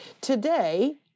Today